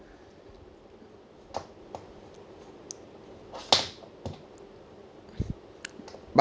but